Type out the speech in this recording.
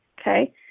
Okay